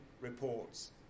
reports